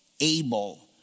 able